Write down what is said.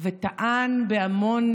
וטען בהמון